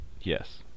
yes